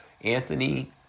Anthony